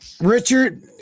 Richard